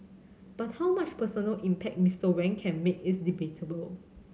but how much personal impact Mister Wang can make is debatable